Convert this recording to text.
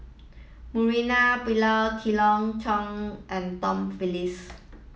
Murali Pillai Khoo Cheng Tiong and Tom Phillips